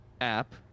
app